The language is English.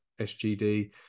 sgd